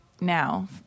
now